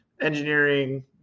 engineering